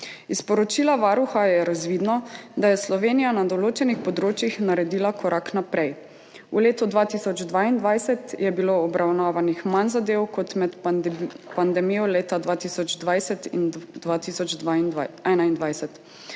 Iz poročila Varuha je razvidno, da je Slovenija na določenih področjih naredila korak naprej. V letu 2022 je bilo obravnavanih manj zadev kot med pandemijo leta 2020 in 2021.